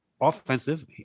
offensive